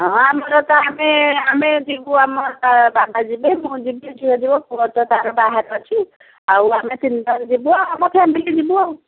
ହଁ ଆମର ତ ଆମେ ଆମେ ଯିବୁ ଆମର ବାବା ଯିବେ ମୁଁ ଯିବି ଝିଅ ଯିବ ପୁଅ ତ ତାର ବାହାରେ ଅଛି ଆଉ ଆମେ ତିନିଜଣ ଯିବୁ ଆଉ ଆମ ଫ୍ୟାମିଲି ଯିବୁ ଆଉ